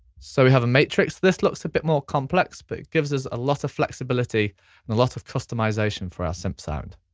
so we have a matrix, this looks a bit more complex but it gives us a lot of flexibility and a lot more customization for our synth sound.